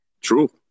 True